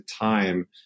time